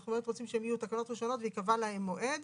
אנחנו באמת רוצים שהן יהיו תקנות ראשונות וייקבע להן מועד.